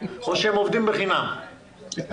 או שהם עובדים בחינם עבורכם?